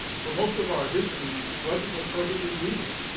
for most of our history, drugs have been perfectly legal.